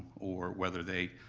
or whether they,